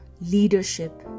leadership